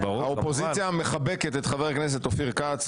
האופוזיציה מחבקת את חבר הכנסת אופיר כץ.